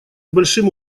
большим